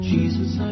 Jesus